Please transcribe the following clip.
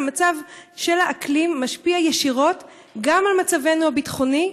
מצב האקלים משפיע ישירות גם על מצבנו הביטחוני.